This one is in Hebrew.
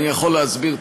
אני יכול להסביר,